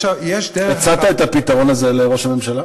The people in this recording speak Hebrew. יש דרך אחת, הצעת את הפתרון הזה לראש הממשלה?